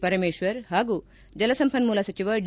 ಪರಮೇಶ್ವರ್ ಪಾಗೂ ಜಲಸಂಪನ್ಮೂಲ ಸಚಿವ ಡಿ